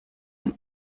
und